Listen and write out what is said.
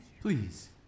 please